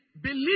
Believe